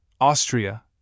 Austria